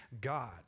God